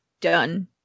done